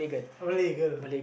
a Malay girl